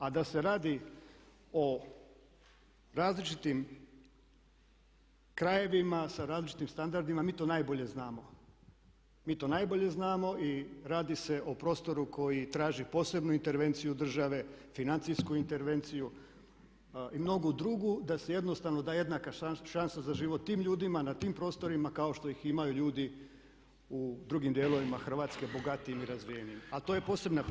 A da se radi o različitim krajevima sa različitim standardima mi to najbolje znamo, mi to najbolje znamo i radi se o prostoru koji traži posebnu intervenciju države, financijsku intervenciju i mnogu drugu, da se jednostavno da jednaka šansa za život tim ljudima, na tim prostorima kao što ih imaju ljudi u drugim dijelovima Hrvatske bogatijim i razvijenijim, ali to je posebna priča.